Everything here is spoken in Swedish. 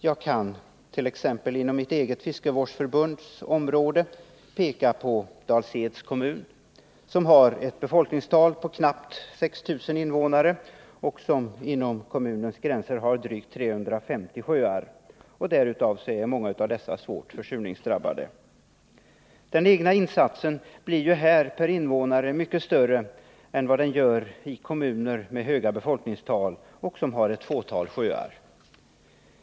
Jag kan t.ex. inom mitt eget fiskevårdsförbunds område peka på Dals-Ed kommun, som har ett befolkningstal på knappt 6 000 invånare och som inom kommunens gränser har drygt 350 sjöar. Av dessa är många svårt försurningsdrabbade. Den egna insatsen blir här mycket större per invånare än den blir i kommuner med höga befolkningstal och som har ett fåtal sjöar.